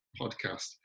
podcast